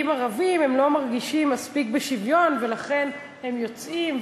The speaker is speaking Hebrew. ערבים לא מרגישים מספיק בשוויון ולכן הם יוצאים,